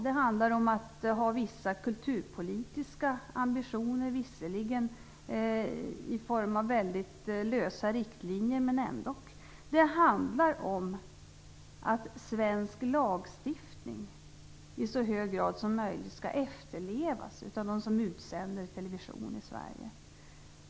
Det handlar om att ha vissa kulturpolitiska ambitioner, visserligen i form av väldigt lösa riktlinjer, men ändå. Det handlar om att svensk lagstiftning i så hög grad som möjligt skall efterlevas av dem som utsänder television i Sverige.